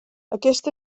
aquest